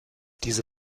diese